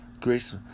Grace